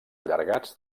allargats